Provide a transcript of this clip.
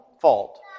fault